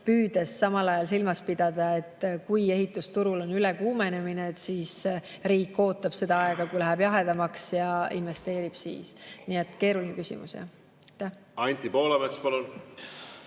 püüdes samal ajal silmas pidada, et kui ehitusturul on ülekuumenemine, siis riik ootab seda aega, kui läheb jahedamaks, ja investeerib siis. Nii et keeruline küsimus.